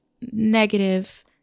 negative